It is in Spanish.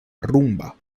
rumba